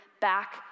back